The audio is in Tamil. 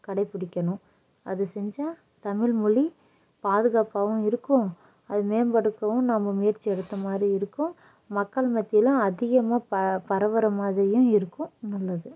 கடைபிடிக்கணும் அது செஞ்சால் தமிழ்மொழி பாதுகாப்பாகவும் இருக்கும் அதை மேம்படுத்தவும் நம்ப முயற்சி எடுத்த மாதிரியும் இருக்கும் மக்கள் மத்தியில் அதிகமாக ப பரவுற மாதிரியும் இருக்கும் நல்லது